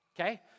okay